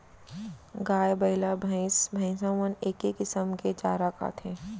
गाय, बइला, भईंस भईंसा मन एके किसम के चारा खाथें